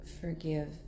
forgive